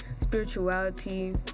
spirituality